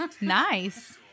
nice